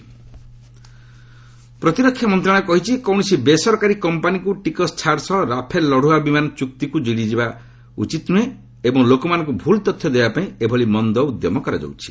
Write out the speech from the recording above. government Rafale ପ୍ରତିରକ୍ଷା ମନ୍ତ୍ରଣାଳୟ କହିଛି କୌଣସି ବେସରକାରୀ କମ୍ପାନୀକ୍ତ ଟିକସ ଛାଡ଼ ସହ ରାଫେଲ୍ ଲତ୍ରଆ ବିମାନ ଚୂକ୍ତିକ୍ ଯୋଡ଼ିବା ଠିକ୍ ନୃହେଁ ଏବଂ ଲୋକମାନଙ୍କୁ ଭୂଲ୍ ତଥ୍ୟ ଦେବାପାଇଁ ଏଭଳି ମନ୍ଦ ଉଦ୍ୟମ କରାଯାଉଛି